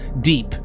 deep